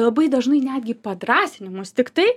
labai dažnai netgi padrąsinimus tiktai